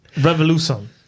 Revolution